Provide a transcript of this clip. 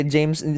James